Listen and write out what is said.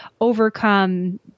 overcome